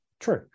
true